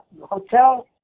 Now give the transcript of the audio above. Hotel